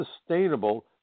sustainable